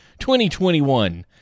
2021